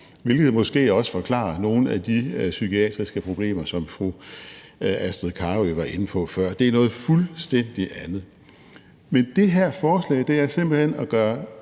hvilket måske også forklarer nogle af de psykiatriske problemer, som fru Astrid Carøe var inde på før. Det er noget fuldstændig andet. Men det her forslag er simpelt hen at lefle